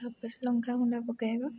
ତାପରେ ଲଙ୍କା ଗୁଣ୍ଡା ପକାଇବା